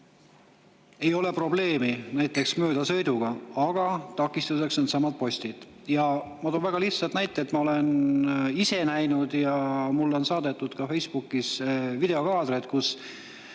ei ole probleemi näiteks möödasõiduga, aga takistuseks on needsamad postid. Ma toon väga lihtsa näite. Ma olen seda ise näinud ja mulle on saadetud ka Facebookis videokaadreid, kus